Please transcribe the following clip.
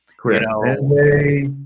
Correct